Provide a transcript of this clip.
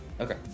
Okay